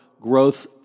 growth